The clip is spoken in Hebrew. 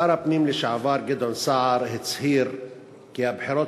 שר הפנים לשעבר גדעון סער הצהיר כי הבחירות